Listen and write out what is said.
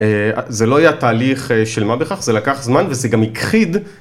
זה לא היה תהליך של מה בכך, זה לקח זמן וזה גם הכחיד.